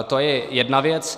To je jedna věc.